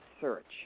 search